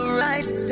right